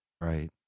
Right